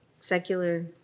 Secular